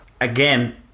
Again